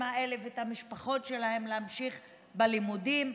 האלה ואת המשפחות שלהם להמשיך בלימודים.